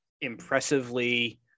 impressively